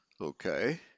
Okay